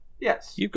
yes